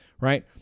Right